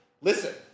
listen